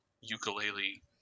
ukulele